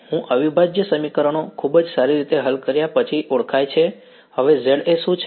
હું અવિભાજ્ય સમીકરણો ખૂબ જ સારી રીતે હલ કર્યા પછી ઓળખાય છે હવે Za શું છે